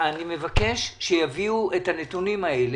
מבקש שיביאו את הנתונים האלה,